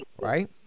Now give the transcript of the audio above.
Right